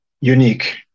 unique